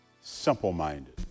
simple-minded